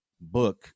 book